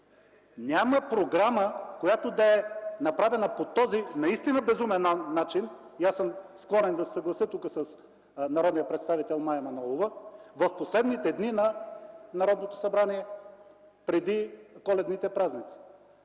Няма програма, която да е направена по този наистина безумен начин – и аз съм склонен да се съглася тук с народния представител Мая Манолова, в последните дни на Народното събрание, преди Коледните празници,